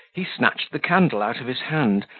he snatched the candle out of his hand,